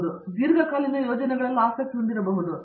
ಅವರು ದೀರ್ಘಕಾಲೀನ ಯೋಜನೆಗಳಲ್ಲಿ ಆಸಕ್ತಿ ಹೊಂದಿರಬಹುದು